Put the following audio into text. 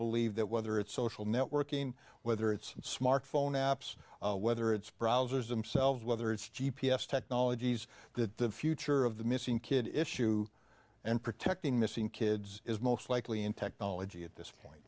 believe that whether it's social networking whether it's smartphone apps whether it's browsers themselves whether it's g p s technologies the future of the missing kid issue and protecting missing kids is most likely in technology at this point